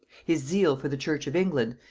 his zeal for the church of england,